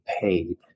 paid